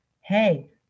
Hey